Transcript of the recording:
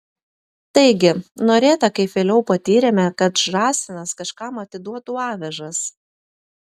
taigi norėta kaip vėliau patyrėme kad žąsinas kažkam atiduotų avižas